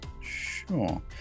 Sure